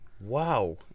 wow